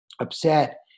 upset